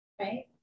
right